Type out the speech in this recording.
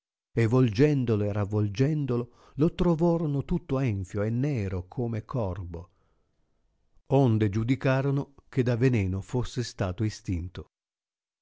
e volgendolo e ravolgendolo lo trovoroiìo tutto enfio e nero come corbo onde giudicarono che da veneno fosse stato estinto